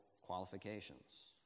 qualifications